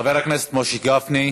חבר הכנסת משה גפני,